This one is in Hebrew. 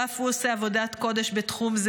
שאף הוא עושה עבודת קודש בתחום זה,